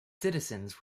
citizens